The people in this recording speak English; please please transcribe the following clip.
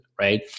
right